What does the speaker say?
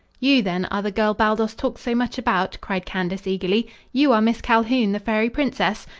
you, then, are the girl baldos talks so much about? cried candace eagerly. you are miss calhoun, the fairy princess?